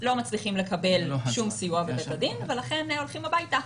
לא מצליחים לקבל שום סיוע בבית הדין ולכן חוזרים הביתה.